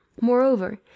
moreover